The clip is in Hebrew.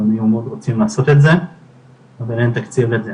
הם מאוד רוצים לעשות את זה אבל אין תקציב לזה,